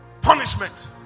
Punishment